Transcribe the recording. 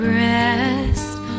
rest